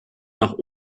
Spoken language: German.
nach